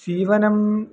सीवनम्